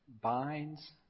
binds